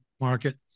market